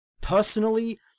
personally